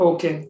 Okay